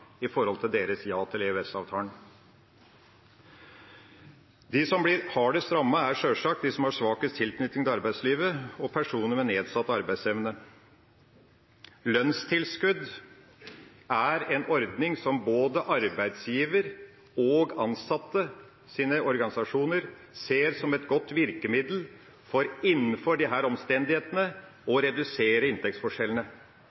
i forhold til deres ja til EØS-avtalen. De som blir hardest rammet, er sjølsagt de som har svakest tilknytning til arbeidslivet og personer med nedsatt arbeidsevne. Lønnstilskudd er en ordning som både arbeidsgiver og ansattes organisasjoner ser som et godt virkemiddel for, innenfor disse omstendighetene,